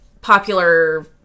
popular